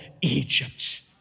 Egypt